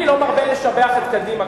אני לא מרבה לשבח את קדימה,